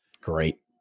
great